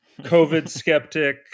COVID-skeptic